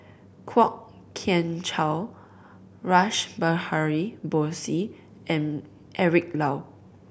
Kwok Kian Chow Rash Behari Bose and Eric Low